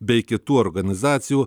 bei kitų organizacijų